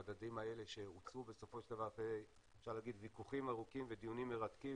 המדדים האלה שהוצעו בסופו של דבר אחרי ויכוחים ארוכים ודיונים מרתקים,